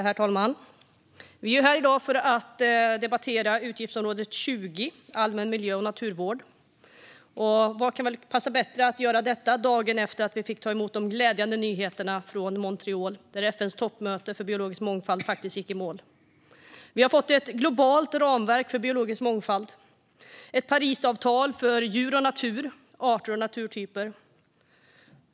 Herr talman! Vi är här i dag för att debattera utgiftsområde 20 om allmän miljö och naturvård. Vad kan väl passa bättre än att göra detta dagen efter det att vi fick ta emot de glädjande nyheterna från Montreal där FN:s toppmöte för biologisk mångfald gick i mål? Vi har fått ett globalt ramverk för biologisk mångfald - ett Parisavtal för djur och natur, arter och naturtyper.